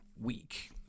week